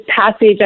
passage